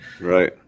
Right